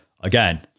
again